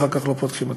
אחר כך לא פותחים אותם.